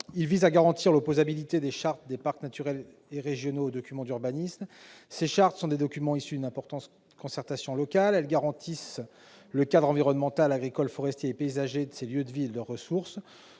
vise à assurer l'opposabilité des chartes des parcs naturels et régionaux aux documents d'urbanisme. Ces chartes sont des documents issus d'une importante concertation locale. Elles garantissent le cadre environnemental, agricole, forestier et paysager de ces lieux de vie et de leurs ressources.